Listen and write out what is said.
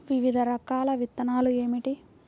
వివిధ రకాల విత్తనాలు ఏమిటి?